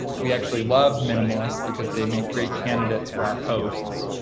we actually love minimalists because they make great candidates for our hosts.